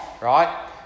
right